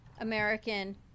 American